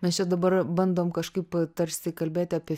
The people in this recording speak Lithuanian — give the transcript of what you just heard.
mes čia dabar bandom kažkaip tarsi kalbėti apie